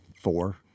Four